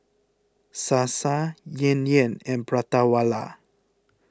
Sasa Yan Yan and Prata Wala